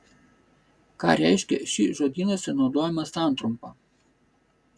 ką reiškia ši žodynuose naudojama santrumpa